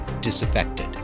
disaffected